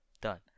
Done